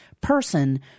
person